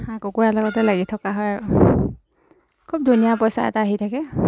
হাঁহ কুকুৰাৰ লগতে লাগি থকা হয় আৰু খুব ধুনীয়া পইচা এটা আহি থাকে